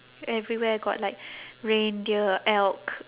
everywhere got like reindeer elk